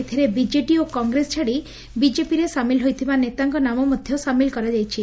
ଏଥରେ ବିଜଡ଼ି ଓ କଂଗ୍ରେସ ଛାଡ଼ି ବିଜେପିରେ ସାମିଲ ହୋଇଥିବା ନେତାଙ୍କ ନାମ ମଧ ସାମିଲ କରାଯାଇଛି